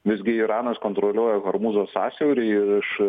visgi iranas kontroliuoja harmūzo sąsiaurį ir iš